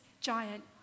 giant